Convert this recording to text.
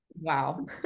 wow